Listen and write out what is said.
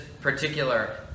particular